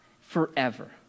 Forever